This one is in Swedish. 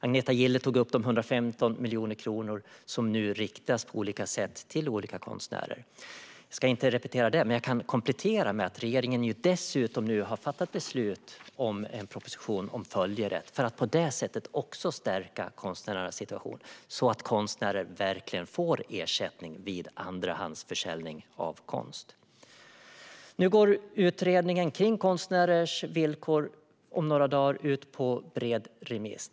Agneta Gille tog upp de 115 miljoner kronor som nu på olika sätt riktas till olika konstnärer. Jag ska inte repetera det, men jag kan komplettera med att regeringen nu dessutom har fattat beslut om en proposition om följerätt för att på det sättet också stärka konstnärernas situation, så att konstnärer verkligen får ersättning vid andrahandsförsäljning av konst. Om några dagar går utredningen om konstnärers villkor ut på bred remiss.